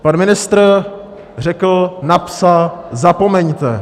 Pan ministr řekl, napsal: Zapomeňte!